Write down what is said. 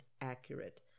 accurate